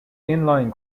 inline